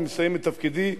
אני מסיים את תפקידי,